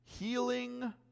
healing